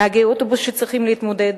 נהגי אוטובוס שצריכים להתמודד